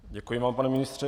Děkuji vám, pane ministře.